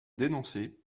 dénoncé